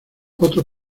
otro